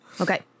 Okay